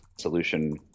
solution